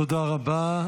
תודה רבה.